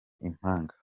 impanga